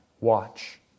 Watch